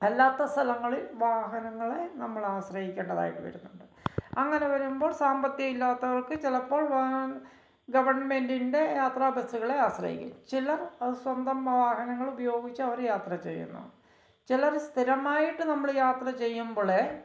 അല്ലാത്ത സ്ഥലങ്ങളില് വാഹനങ്ങളെ നമ്മളാശ്രയിക്കേണ്ടതായിട്ട് വരുന്നുണ്ട് അങ്ങനെ വരുമ്പോള് സാമ്പത്തികമില്ലാത്തവർക്ക് ചിലപ്പോൾ ഗവൺമെൻറ്റിൻ്റെ യാത്രാ ബസുകളെ ആശ്രയിക്കും ചിലർ സ്വന്തം വാഹനങ്ങളുപയോഗിച്ചവർ യാത്ര ചെയ്യുന്നു ചിലർ സ്ഥിരമായിട്ട് നമ്മള് യാത്ര ചെയ്യുമ്പൊഴെ